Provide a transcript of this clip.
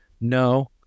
No